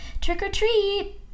trick-or-treat